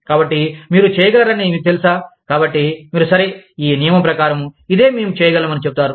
కాబట్టి మీరు చేయగలరని మీకు తెలుసా కాబట్టి మీరు సరే ఈ నియమం ప్రకారం ఇదే మేము చేయగలం అని చెబుతారు